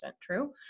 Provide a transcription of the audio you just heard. true